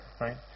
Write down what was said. right